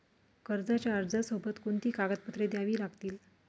कर्जाच्या अर्जासोबत कोणती कागदपत्रे द्यावी लागतील?